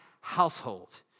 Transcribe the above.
household